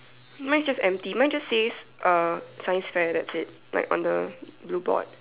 mine is just empty mine just says uh science fair that's it like on the blue board